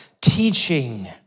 teaching